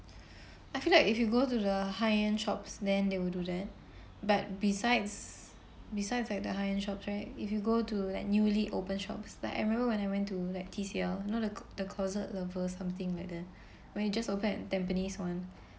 I feel like if you go to the high-end shops then they will do that but besides besides like the high-end shops right if you go to like newly open shops like I remember when I went to like T_C_L you know the clo~ the closet lover something like that when it just opened at Tampines [one]